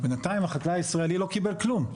בינתיים החקלאי הישראלי לא קיבל כלום.